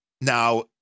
Now